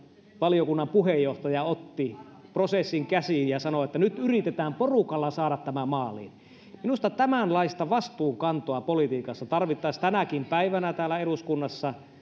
valiokunnan puheenjohtaja otti prosessin käsiin ja sanoi että nyt yritetään porukalla saada tämä maaliin minusta tämänlaista vastuunkantoa politiikassa tarvittaisiin tänäkin päivänä täällä eduskunnassa